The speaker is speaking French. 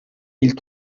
mille